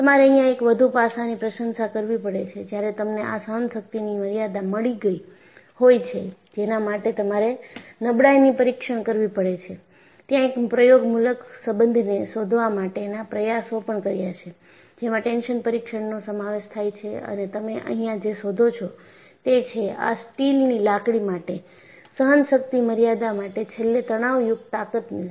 તમારે અહિયાં એક વધુ પાસાની પ્રશંસા કરવી પડે છે જ્યારે તમને આ સહનશક્તિની મર્યાદા મળી ગઈ હોય છે જેના માટે તમારે નબળાઈની પરીક્ષણ કરવી પડે છે ત્યાં એક પ્રયોગમૂલક સંબંધને શોધવા માટે ના પ્રયાસો પણ કર્યા છે જેમાં ટેન્શન પરીક્ષણનો સમાવેશ થાય છે અને તમે અહીંયા જે શોધો છો તે છે આ સ્ટીલની લાકડી માટે સહનશક્તિના મર્યાદા માટે છેલ્લે તણાવયુક્ત તાકતને 0